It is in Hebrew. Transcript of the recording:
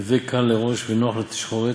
הווי קל לראש ונוח לתשחורת,